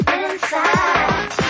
inside